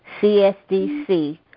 CSDC